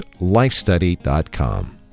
lifestudy.com